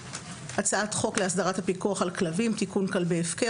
הצעת חוק להסדרת הפיקוח על כלבים (תיקון - כלבי הפקר),